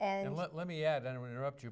and let me add an interrupt you